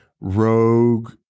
rogue